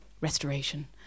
restoration